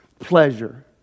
pleasure